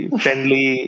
friendly